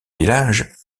village